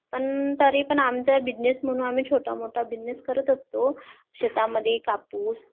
पण तरी पण आमचा बिझनेस म्हणून आम्ही छोटा मोठा बिझनेस करत असतो शेतामध्ये कापूस